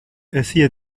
essaya